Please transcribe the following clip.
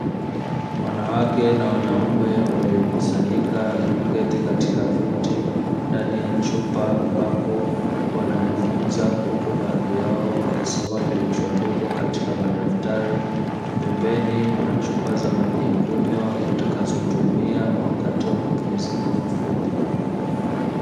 Wanawake na wanaume waliokusanyika na kuketi katika viti ndani ya chumba ambapo wanajifunza huku baadhi yao wakisoma kilichoandikwa katika madaftari, pembeni kuna chupa za maji ya kunywa watakazo tumia wakati wa mapumziko mafupi.